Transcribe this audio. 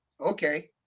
Okay